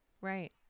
Right